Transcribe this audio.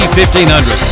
1500